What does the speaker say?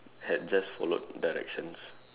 had just followed directions